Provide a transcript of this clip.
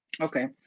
Okay